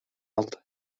aldı